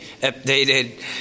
updated